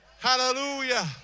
Hallelujah